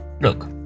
Look